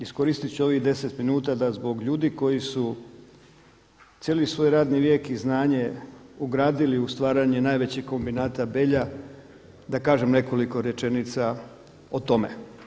Iskoristit ću ovih 10 minuta da zbog ljudi koji su cijeli svoj radni vijek i znanje ugradili u stvaranje najvećeg kombinata Belja da kažem nekoliko rečenica o tome.